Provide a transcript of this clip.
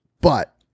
But-